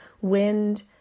Wind